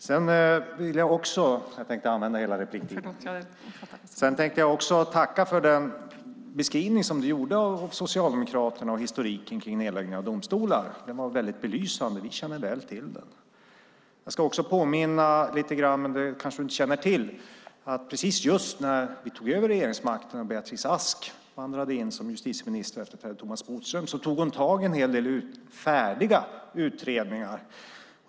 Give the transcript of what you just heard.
Sedan tänkte jag också tacka för den beskrivning som du gjorde av Socialdemokraterna och historiken kring nedläggningen av domstolar. Den var väldigt belysande. Vi känner väl till den. Jag ska också påminna om, och det kanske du inte känner till, att precis just när vi tog över regeringsmakten och Beatrice Ask vandrade in som justitieminister och efterträdde Thomas Bodström så tog hon tag i en hel del färdiga utredningar.